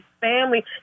family